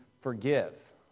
forgive